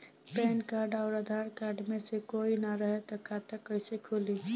Pan card आउर Aadhaar card मे से कोई ना रहे त खाता कैसे खुली?